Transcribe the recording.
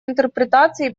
интерпретации